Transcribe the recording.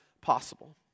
possible